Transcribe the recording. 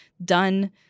done